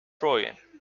freuen